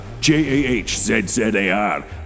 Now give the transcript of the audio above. J-A-H-Z-Z-A-R